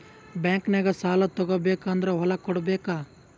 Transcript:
ಬ್ಯಾಂಕ್ನಾಗ ಸಾಲ ತಗೋ ಬೇಕಾದ್ರ್ ಹೊಲ ಕೊಡಬೇಕಾ?